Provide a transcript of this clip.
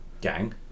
gang